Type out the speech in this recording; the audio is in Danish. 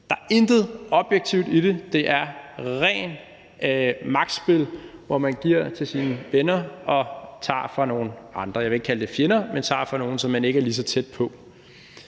Der er intet objektivt i det; det er rent magtspil, hvor man giver til sine venner og tager fra nogle andre – jeg vil ikke kalde det fjender – som man ikke er lige så tæt på.